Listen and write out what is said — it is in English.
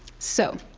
so,